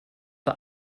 war